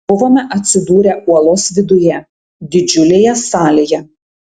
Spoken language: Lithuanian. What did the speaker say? buvome atsidūrę uolos viduje didžiulėje salėje